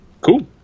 Cool